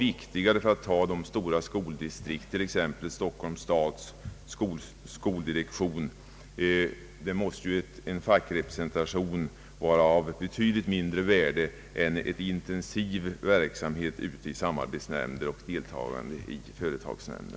I stora skoldistrikt, t.ex. inom Stockholms stads skoldirektion, måste det vara viktigare. Där är en fackrepresentation betydligt mindre värd än en intensiv verksamhet i samarbetsnämnder och företagsnämnder.